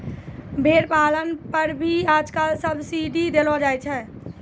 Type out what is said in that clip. भेड़ पालन पर भी आजकल सब्सीडी देलो जाय छै